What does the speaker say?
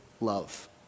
love